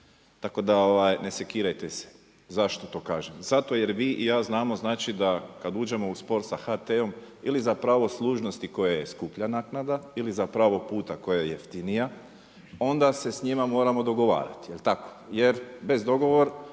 Tako da ne sekirajte se. Zašto to kažem? Zato jer vi i ja znamo znači da kada uđemo u spor sa HT-om ili za pravo služnosti koja je skuplja naknada ili za pravo puta koja je jeftinija, onda se s njima moramo dogovarati, je li tako?